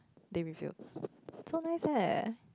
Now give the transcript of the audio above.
they revealed so nice eh